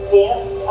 dance